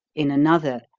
in another,